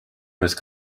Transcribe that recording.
most